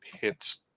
hits